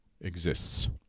exists